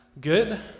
good